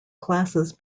classes